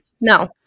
No